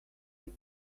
make